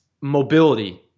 mobility